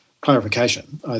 clarification